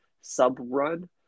sub-run